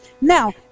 Now